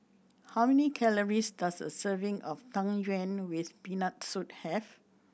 how many calories does a serving of Tang Yuen with Peanut Soup have